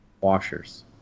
washers